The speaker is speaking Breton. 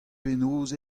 penaos